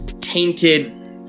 tainted